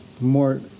more